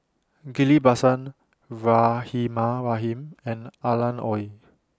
Ghillie BaSan Rahimah Rahim and Alan Oei